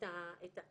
אז